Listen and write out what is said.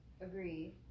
agree